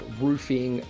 roofing